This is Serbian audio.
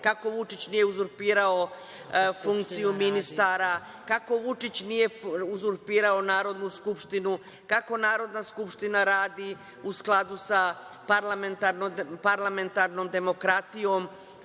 kako Vučić nije uzurpirao funkciju ministara, kako Vučić nije uzurpirao Narodnu skupštinu, kako Narodna skupština radi u skladu sa parlamentarnom demokratijom,